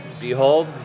behold